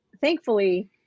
thankfully